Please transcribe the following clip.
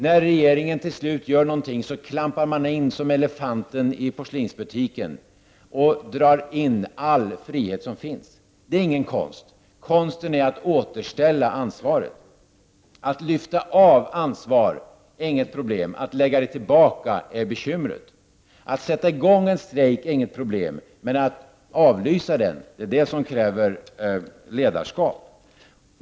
När regeringen till slut gör någonting, klampar den in som elefanten i porslinsbutiken och drar in all frihet som finns. Det är ingen konst. Konsten är att återställa ansvaret. Att lyfta av ansvar är inget problem, att lägga det tillbaka är bekymret. Att sätta i gång en strejk är inget problem men att avlysa den kräver ledarskap.